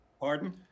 Pardon